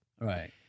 Right